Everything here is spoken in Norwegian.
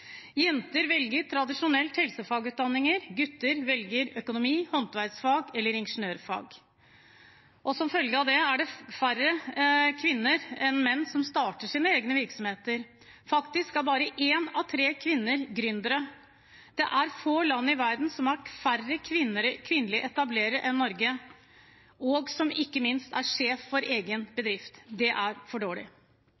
Jenter velger tradisjonelt helsefagutdanninger, gutter velger økonomi, håndverksfag eller ingeniørfag. Som følge av det er det færre kvinner enn menn som starter sine egne virksomheter. Faktisk er bare én av tre kvinner gründere. Det er få land i verden som har færre kvinnelige etablerere enn Norge – og som ikke minst er sjef for egen